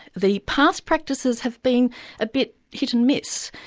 the past practices have been a bit hit and miss.